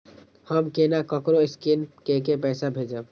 हम केना ककरो स्केने कैके पैसा भेजब?